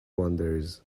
wanders